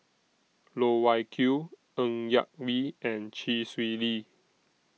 Loh Wai Kiew Ng Yak Whee and Chee Swee Lee